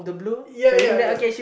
ya ya ya